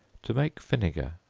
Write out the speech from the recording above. to make vinegar.